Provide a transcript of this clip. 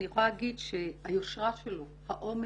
אני יכולה להגיד שהיושרה שלו, האומץ,